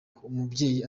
umubyeyi